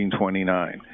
1929